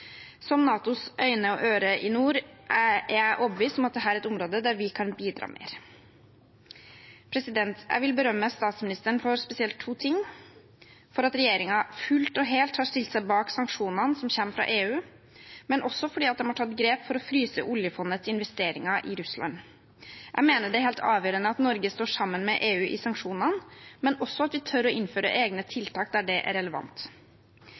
NATOs øyne og ører i nord, er jeg overbevist om at dette er et område der vi kan bidra mer. Jeg vil berømme statsministeren for spesielt to ting: for at regjeringen fullt og helt har stilt seg bak sanksjonene som kommer fra EU, men også for at de har tatt grep for å fryse oljefondets investeringer i Russland. Jeg mener det er helt avgjørende at Norge står sammen med EU i sanksjonene, men også at vi tør å innføre egne tiltak der det er relevant.